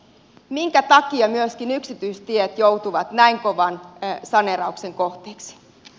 minkä takia myöskin yksityistiet joutuvat näin kovan saneerauksen kohteeksi